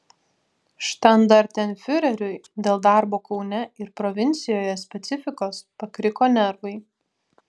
štandartenfiureriui dėl darbo kaune ir provincijoje specifikos pakriko nervai